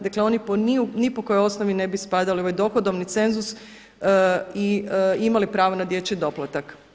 Dakle, oni ni po kojoj osnovi ne bi spadali u ovaj dohodovni cenzus i imali pravo na dječji doplatak.